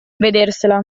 vedersela